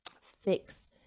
fix